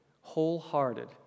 wholehearted